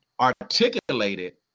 articulated